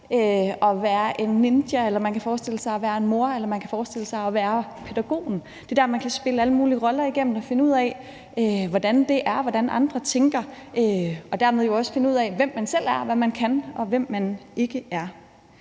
at være en ninja, man kan forestille sig at være en mor, eller man kan forestille sig at være pædagogen. Der er der, man kan spille alle mulige roller igennem og finde ud af, hvordan det er, og hvordan andre tænker, og dermed jo også finde ud af, hvem man selv er, hvad man kan, og hvem man ikke er.